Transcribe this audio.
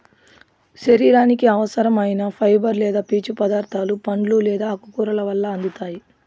శరీరానికి అవసరం ఐన ఫైబర్ లేదా పీచు పదార్థాలు పండ్లు లేదా ఆకుకూరల వల్ల అందుతాయి